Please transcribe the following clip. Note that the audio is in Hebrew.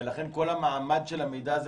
ולכן כל המעמד של המידע הזה